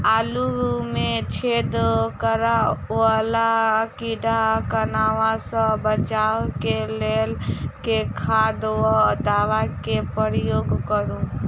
आलु मे छेद करा वला कीड़ा कन्वा सँ बचाब केँ लेल केँ खाद वा दवा केँ प्रयोग करू?